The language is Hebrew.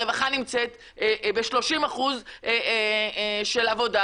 הרווחה נמצאת ב-30% של עבודה,